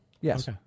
Yes